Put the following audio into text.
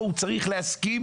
הוא צריך להסכים.